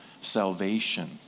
salvation